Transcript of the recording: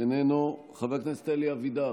איננו, חבר הכנסת אלי אבידר,